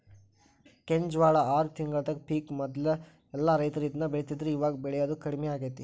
ಕೆಂಜ್ವಾಳ ಆರ ತಿಂಗಳದ ಪಿಕ್ ಮೊದ್ಲ ಎಲ್ಲಾ ರೈತರು ಇದ್ನ ಬೆಳಿತಿದ್ರು ಇವಾಗ ಬೆಳಿಯುದು ಕಡ್ಮಿ ಆಗೇತಿ